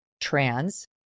trans